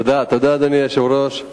אדוני היושב-ראש,